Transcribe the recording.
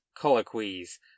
colloquies